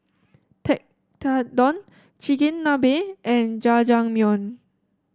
Tekkadon Chigenabe and Jajangmyeon